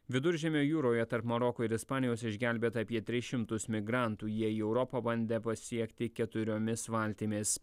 viduržiemio jūroje tarp maroko ir ispanijos išgelbėta apie tris šimtus migrantų jie į europą bandė pasiekti keturiomis valtimis